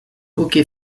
hockey